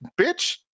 bitch